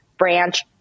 branch